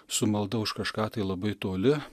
su malda už kažką tai labai toli